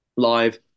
live